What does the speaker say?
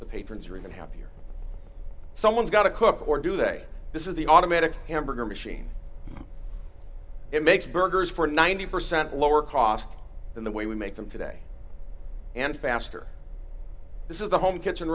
the patrons are even happier someone's got to cook or do they this is the automatic hamburger machine it makes burgers for ninety percent lower cost than the way we make them today and faster this is the home kitchen